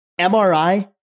MRI